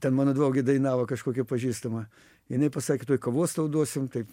ten mano draugė dainavo kažkokia pažįstama jinai pasakė tuoj kavos tau duosim taip